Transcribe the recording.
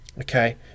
Okay